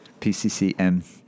pccm